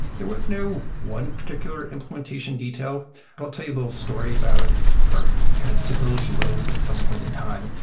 there was no one particular implementation detail, but i'll tell you a little story about our kind of stability woes at some point in time.